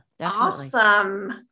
Awesome